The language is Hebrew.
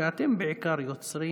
שאתם בעיקר יוצרים,